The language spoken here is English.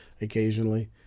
occasionally